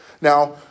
Now